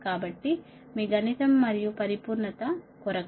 కాబట్టి మీ గణితం మరియు పరిపూర్ణత కొరకు